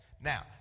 Now